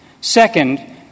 Second